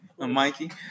Mikey